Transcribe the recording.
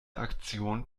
aktion